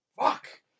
fuck